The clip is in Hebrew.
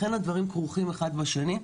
לכן הדברים כרוכים אחד בשני.